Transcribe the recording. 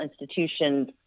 institutions